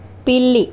పిల్లి